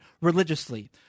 religiously